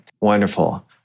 wonderful